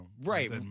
Right